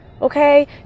Okay